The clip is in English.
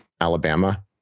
Alabama